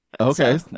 Okay